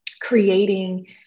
creating